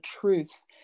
truths